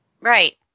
Right